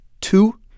Two